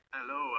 Hello